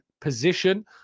position